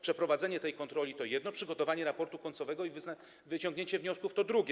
Przeprowadzenie tej kontroli to jedno, przygotowanie raportu końcowego i wyciągnięcie wniosków to drugie.